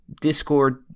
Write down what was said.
discord